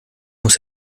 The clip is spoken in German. muss